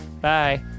Bye